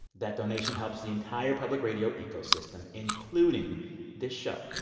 that donation helps the entire public radio ecosystem, including this show.